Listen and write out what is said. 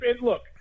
Look